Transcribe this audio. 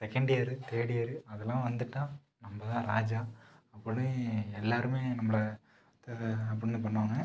second year third year அதெலாம் வந்துட்டால் நம்ம தான் ராஜா அப்பிடின்னு எல்லாருமே நம்மள அப்பிடின்னு பண்ணுவாங்கள்